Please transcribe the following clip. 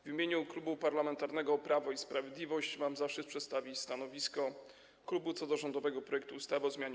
W imieniu Klubu Parlamentarnego Prawo i Sprawiedliwość mam zaszczyt przedstawić stanowisko klubu co do rządowego projektu ustawy o zmianie